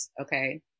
okay